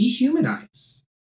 dehumanize